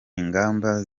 ingamba